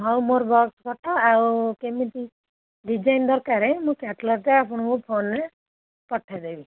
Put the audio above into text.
ହଉ ମୋର ବକ୍ସ ଖଠ ଆଉ କେମିତି ଡିଜାଇନ୍ ଦରକାରେ ମୁଁ କ୍ୟାଟଲଗଟା ଆପଣଙ୍କୁ ଫୋନରେ ପଠେଇଦେବି